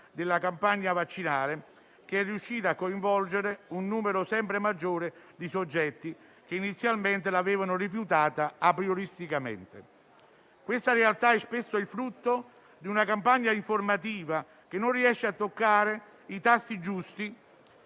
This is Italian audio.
della campagna vaccinale, che è riuscita a coinvolgere un numero sempre maggiore di soggetti che inizialmente l'avevano rifiutata aprioristicamente. Questa realtà è spesso il frutto di una campagna informativa che non riesce a toccare i tasti giusti